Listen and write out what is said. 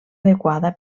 adequada